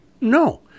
No